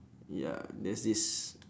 ya there's this